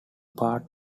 part